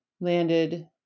landed